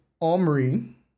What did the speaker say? Omri